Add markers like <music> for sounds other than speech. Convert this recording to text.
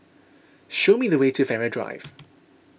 show me the way to Farrer Drive <noise>